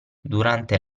durante